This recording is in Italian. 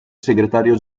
segretario